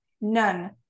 none